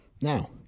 Now